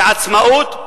בעצמאות,